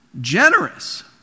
generous